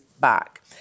back